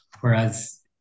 Whereas